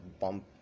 bump